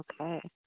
Okay